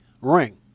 ring